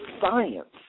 science